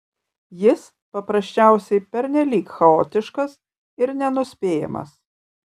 jis paprasčiausiai pernelyg chaotiškas ir nenuspėjamas